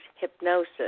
hypnosis